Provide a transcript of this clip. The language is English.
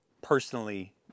personally